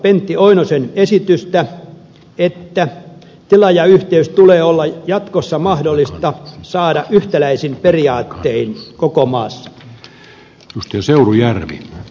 pentti oinosen esitystä että tilaajayhteys tulee olla jatkossa mahdollista saada yhtäläisin periaattein koko suomessa